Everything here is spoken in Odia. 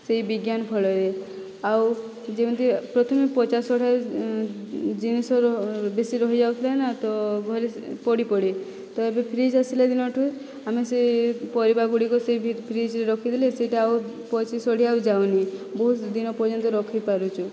ସେଇ ବିଜ୍ଞାନ ଫଳରେ ଆଉ ଯେମିତି ପ୍ରଥମେ ପଚାସଢ଼ା ଜିନିଷ ବେଶି ରହି ଯାଉଥିଲା ନା ତ ଘରେ ପଡ଼ି ପଡ଼ି ତ ଏବେ ଫ୍ରୀଜ୍ ଆସିଲା ଦିନଠାରୁ ଆମେ ସେ ପରିବା ଗୁଡ଼ିକ ସେ ଭି ଫ୍ରିଜରେ ରଖିଦେଲେ ସେଇଟା ଆଉ ପଚିସଢ଼ି ଆଉ ଯାଉନି ବହୁତ ଦିନ ପର୍ଯ୍ୟନ୍ତ ରଖିପାରୁଛୁ